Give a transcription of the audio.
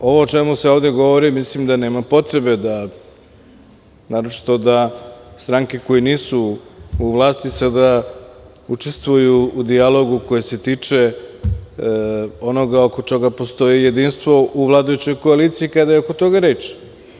Zato ovo o čemu se ovde govori, mislim da nema potrebe da, naročito da stranke koje nisu u vlasti sada učestvuju u dijalogu koji se tiče onoga oko čega postoji jedinstvo u vladajućoj koaliciji kada je oko toga reč.